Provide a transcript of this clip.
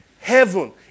Heaven